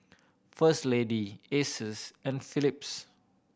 First Lady Asus and Phillips